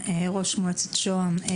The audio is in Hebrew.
ראש מועצת שוהם,